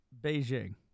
Beijing